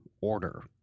order